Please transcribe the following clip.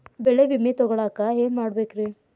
ಬೆಳೆ ವಿಮೆ ತಗೊಳಾಕ ಏನ್ ಮಾಡಬೇಕ್ರೇ?